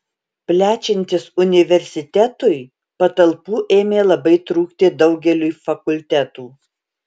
plečiantis universitetui patalpų ėmė labai trūkti daugeliui fakultetų